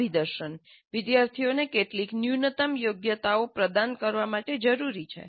આ અભિદર્શન વિદ્યાર્થીઓને કેટલીક ન્યૂનતમ યોગ્યતાઓ પ્રદાન કરવા માટે જરૂરી છે